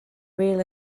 real